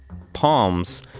palms,